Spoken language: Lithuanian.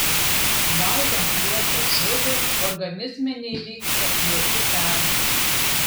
valgant liesą žuvį organizme neįvyksta jokių permainų